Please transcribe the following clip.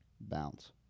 bounce